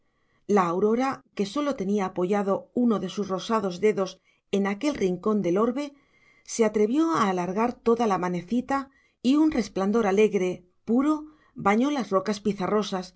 la aurora que sólo tenía apoyado uno de sus rosados dedos en aquel rincón del orbe se atrevió a alargar toda la manecita y un resplandor alegre puro bañó las rocas